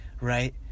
right